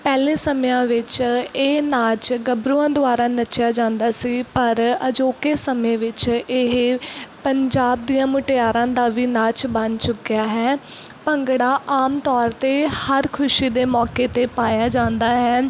ਪਹਿਲੇ ਸਮਿਆਂ ਵਿੱਚ ਇਹ ਨਾਚ ਗੱਭਰੂਆਂ ਦੁਆਰਾ ਨੱਚਿਆ ਜਾਂਦਾ ਸੀ ਪਰ ਅਜੋਕੇ ਸਮੇਂ ਵਿੱਚ ਇਹ ਪੰਜਾਬ ਦੀਆਂ ਮੁਟਿਆਰਾਂ ਦਾ ਵੀ ਨਾਚ ਬਣ ਚੁੱਕਿਆ ਹੈ ਭੰਗੜਾ ਆਮ ਤੌਰ 'ਤੇ ਹਰ ਖੁਸ਼ੀ ਦੇ ਮੌਕੇ 'ਤੇ ਪਾਇਆ ਜਾਂਦਾ ਹੈ